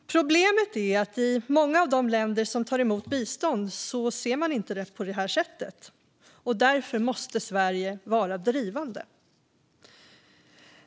Problemet är att man inte ser det på det sättet i många av de länder som tar emot bistånd, och därför måste Sverige vara drivande.